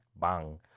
Bang